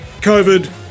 COVID